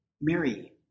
Mary